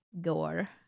gore